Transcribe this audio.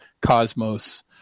cosmos